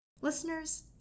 Listeners